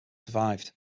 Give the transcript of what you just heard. survived